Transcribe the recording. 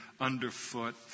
Underfoot